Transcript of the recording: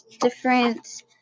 different